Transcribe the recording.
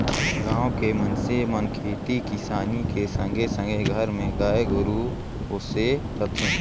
गाँव के मइनसे मन खेती किसानी के संघे संघे घर मे गाय गोरु पोसे रथें